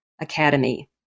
Academy